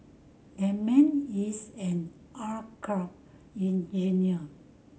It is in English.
that man is an aircraft engineer